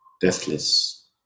deathless